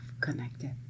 connected